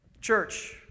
Church